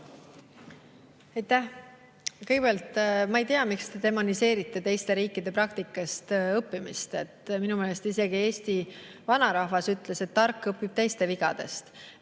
Aitäh! Kõigepealt, ma ei tea, miks te demoniseerite teiste riikide praktikast õppimist. Minu meelest isegi Eesti vanarahvas ütles, et tark õpib teiste vigadest,